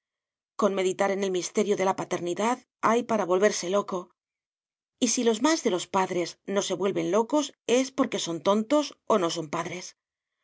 con meditar en el misterio de la paternidad hay para volverse loco y si los más de los padres no se vuelven locos es porque son tontos o no son padres